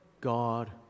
God